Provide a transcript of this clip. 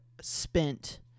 spent